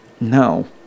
No